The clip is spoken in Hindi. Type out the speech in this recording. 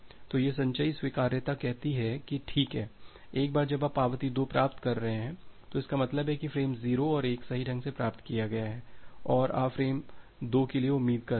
तो यह संचयी स्वीकार्यता कहती है कि ठीक है एक बार जब आप पावती 2 प्राप्त कर रहे हैं तो इसका मतलब है कि फ्रेम 0 और 1 को सही ढंग से प्राप्त किया गया है और आप फ्रेम 2 के लिए उम्मीद कर रहे हैं